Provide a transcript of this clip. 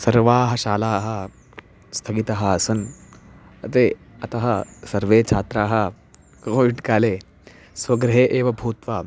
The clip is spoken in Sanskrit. सर्वाः शालाः स्थगिताः आसन् ते अतः सर्वे छात्राः कोविड्काले स्वगृहे एव भूत्वा